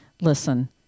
Listen